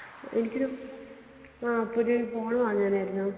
എനിക്കൊരു ആ പുതിയൊരു ഫോൺ വാങ്ങാനായിരുന്നു